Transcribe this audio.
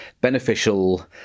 beneficial